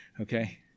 okay